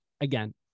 Again